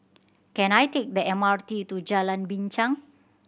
can I take the M R T to Jalan Binchang